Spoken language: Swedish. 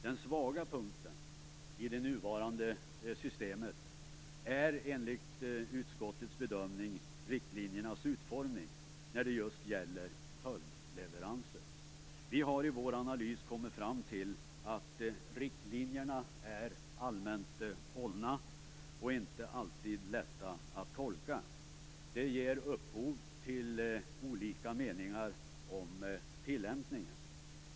Den svaga punkten i det nuvarande systemet är, enligt utskottets bedömning, riktlinjernas utformning när det gäller just följdleveranser. Vi har i vår analys kommit fram till att riktlinjerna är allmänt hållna och inte alltid lätta att tolka. Det ger upphov till olika meningar om tillämpningen.